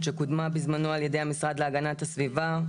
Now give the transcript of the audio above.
שקודמה בזמנו על ידי המשרד להגנת הסביבה.